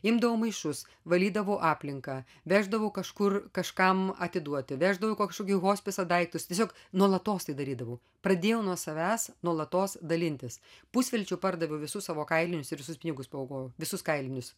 imdavau maišus valydavo aplinką veždavo kažkur kažkam atiduoti veždavau į kažkokį hospisą daiktus tiesiog nuolatos tai darydavau pradėjau nuo savęs nuolatos dalintis pusvelčiui pardaviau visus savo kailinius ir visus pinigus paaukojau visus kailinius